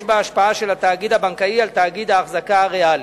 בה השפעה של התאגיד הבנקאי על תאגיד ההחזקה הריאלי.